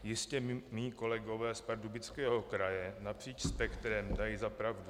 Jistě mi kolegové z Pardubického kraje napříč spektrem dají za pravdu.